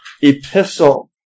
epistle